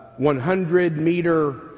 100-meter